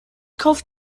kauft